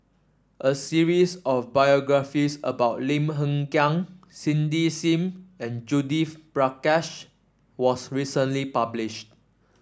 a series of biographies about Lim Hng Kiang Cindy Sim and Judith Prakash was recently published